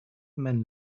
man